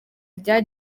rya